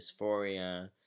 dysphoria